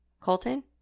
colton